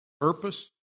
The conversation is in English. purpose